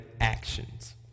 actions